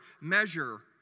measure